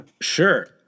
Sure